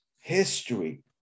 History